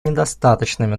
недостаточными